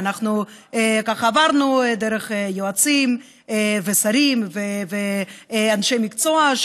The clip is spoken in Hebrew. ואנחנו ככה עברנו דרך יועצים ושרים ואנשי מקצוע,